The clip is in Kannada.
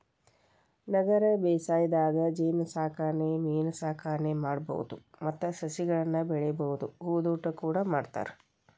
ನಗರ ಬೇಸಾಯದಾಗ ಜೇನಸಾಕಣೆ ಮೇನಸಾಕಣೆ ಮಾಡ್ಬಹುದು ಮತ್ತ ಸಸಿಗಳನ್ನ ಬೆಳಿಬಹುದು ಹೂದೋಟ ಕೂಡ ಮಾಡ್ತಾರ